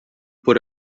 por